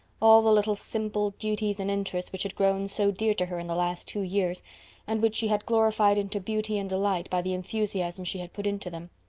all the little simple duties and interests which had grown so dear to her in the last two years and which she had glorified into beauty and delight by the enthusiasm she had put into them.